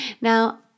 Now